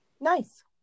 Nice